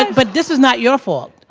and but this is not your fault.